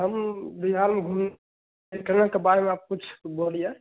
हम बिहार में घूम के बारे में आप कुछ बोलिए